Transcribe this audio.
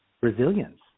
resilience